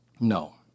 No